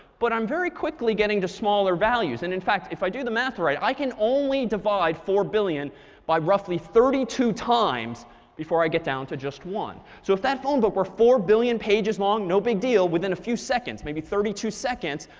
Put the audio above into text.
but i'm very quickly getting to smaller values. and in fact, if i do the math right, i can only divide four billion by roughly thirty two times before i get down to just one. so if that phone book were four billion pages long, no big deal. within a few seconds, maybe thirty two seconds,